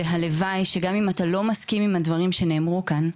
והלוואי שגם אם אתה לא מסכים עם הדברים שנאמרו כאן,